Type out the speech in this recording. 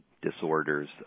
disorders